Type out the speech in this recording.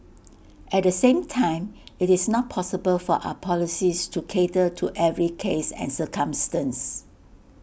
at the same time IT is not possible for our policies to cater to every case and circumstance